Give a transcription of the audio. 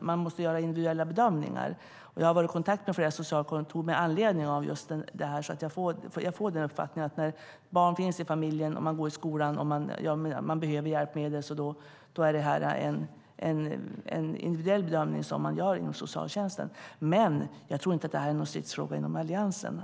Man måste göra individuella bedömningar. Jag har varit i kontakt med flera socialkontor med anledning av detta. Jag har fått den uppfattningen att när barn finns i familjen och behöver hjälpmedel gör socialtjänsten en individuell bedömning av detta. Jag tror inte att det här är en stridsfråga inom Alliansen.